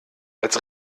als